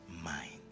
Mind